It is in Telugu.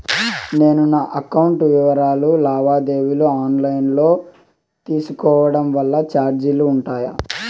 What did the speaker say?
నేను నా అకౌంట్ వివరాలు లావాదేవీలు ఆన్ లైను లో తీసుకోవడం వల్ల చార్జీలు ఉంటాయా?